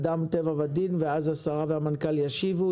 אדם טבע ודין, ואז השרה והמנכ"ל ישיבו.